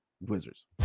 Wizards